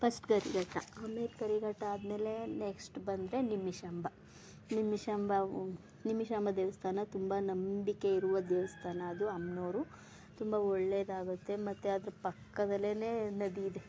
first Karighatta ಆಮೇಲೆ ಕರಿಘಟ್ಟ ಆದ್ಮೇಲೆ next ಬಂದರೆ ನಿಮಿಷಾಂಬ ನಿಮಿಷಾಂಬ ನಿಮಿಷಾಂಬ ದೇವಸ್ಥಾನ ತುಂಬ ನಂಬಿಕೆಯಿರುವ ದೇವಸ್ಥಾನ ಅದು ಅಮ್ನೋರು ತುಂಬ ಒಳ್ಳೆದಾಗುತ್ತೆ ಮತ್ತು ಅದ್ರ ಪಕ್ಕದಲ್ಲೇ ನದಿ ಇದೆ